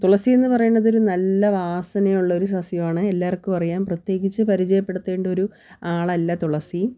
തുളസി എന്ന് പറയുന്നതൊരു നല്ല വാസനയുള്ളൊരു സസ്യമാണ് എല്ലാവർക്കും അറിയാം പ്രത്യേകിച്ച് പരിചയപ്പെടുത്തെണ്ട ഒരു ആളല്ല തുളസി